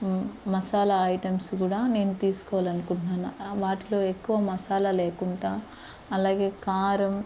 masala items కూడా నేను తీసుకోవాలి అనుకుంటున్నాను వాటిలో ఎక్కువ మసాలా లేకుండా అలాగే కారం